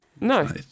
No